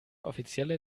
offizielle